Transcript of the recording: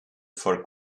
for